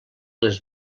les